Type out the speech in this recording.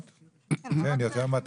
יותר מ-200 אנשים.